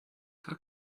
how